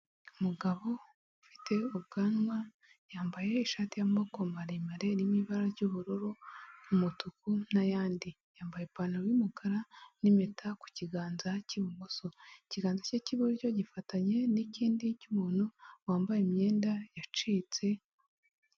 Umugabo ufite ubwanwa yambaye ishati y'maboko maremare n'ibara ry'ubururu, umutuku n'ayandi yambaye ipantaro yumukara, n'impeta ku kiganza cy'ibumoso, ikiganza cye cy'iburyo gifatanye n'ikindi cy'umuntu wambaye imyenda yacitse.